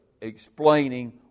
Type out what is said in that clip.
explaining